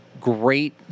great